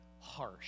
harsh